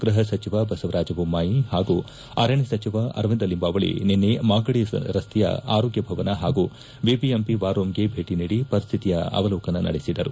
ಗ್ಲಪ ಸಚಿವ ಬಸವರಾಜ್ ಬೊಮ್ಲಾಯಿ ಹಾಗೂ ಆರಣ್ಯ ಸಚಿವ ಆರವಿಂದ ಲಿಂಬಾವಳಿ ನಿನ್ನೆ ಮಾಗಡಿ ರಸ್ತೆಯ ಆರೋಗ್ನ ಭವನ ಹಾಗೂ ಬಿಬಿಎಂಪಿ ವಾರ್ ರೂಂ ಗೆ ಭೇಟಿ ನೀಡಿ ಪರಿಸ್ವಿತಿಯ ಅವಲೋಕನ ನಡೆಸಿದರು